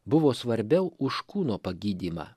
buvo svarbiau už kūno pagydymą